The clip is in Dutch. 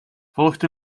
volgt